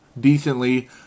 decently